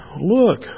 Look